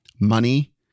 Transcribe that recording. money